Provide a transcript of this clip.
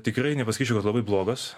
tikrai nepasakyčiau kad labai blogos